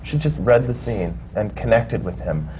just read the scene and connected with him.